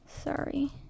sorry